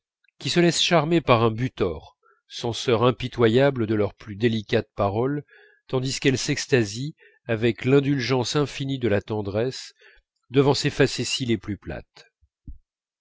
qui se laissent charmer par un butor censeur impitoyable de leurs plus délicates paroles tandis qu'elles s'extasient avec l'indulgence infinie de la tendresse devant ses facéties les plus plates